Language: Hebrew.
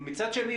מצד שני,